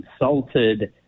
insulted